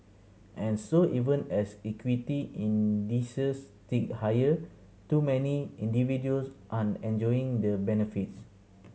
and so even as equity indices tick higher too many individuals aren't enjoying the benefits